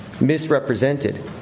misrepresented